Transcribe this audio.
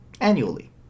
annually